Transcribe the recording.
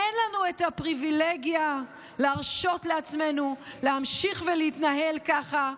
אין לנו את הפריבילגיה להרשות לעצמנו להמשיך ולהתנהל ככה.